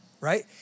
right